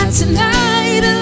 tonight